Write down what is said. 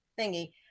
thingy